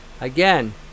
again